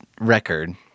record